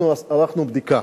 ערכנו בדיקה,